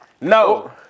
No